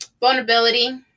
vulnerability